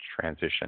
transition